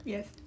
Yes